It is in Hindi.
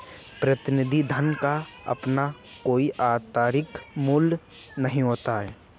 प्रतिनिधि धन का अपना कोई आतंरिक मूल्य नहीं होता है